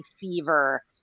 fever